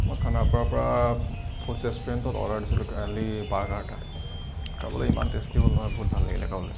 মই খানাপাৰা পৰা ফুড ৰেষ্টুৰেণ্টত অৰ্ডাৰ দিছিলো কালি বাৰ্গাৰ এটা খাবলৈ ইমান টেষ্টি হ'ল নহয় বহুত ভাল লাগিলে খাবলৈ